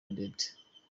odette